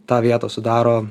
tą vietą sudaro